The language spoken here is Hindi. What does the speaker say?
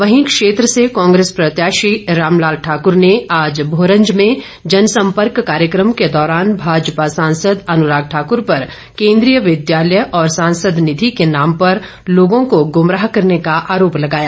वहीं क्षेत्र से कांग्रेस प्रत्याशी रामलाल ठाक्र ने आज भोरंज में जनसम्पर्क कार्यक्रम के दौरान भाजपा सांसद अनुराग ठाक्र पर केन्द्रीय विद्यालय और सांसद निधि के नाम पर लोगों को गुमराह करने का आरोप लगाया